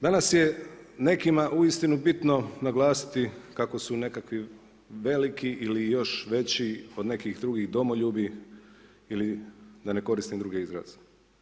Danas je nekima uistinu bitno naglasiti kako su nekakvi veliki ili još veći od nekih drugih domoljubi ili da ne koristim druge izraze.